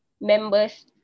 members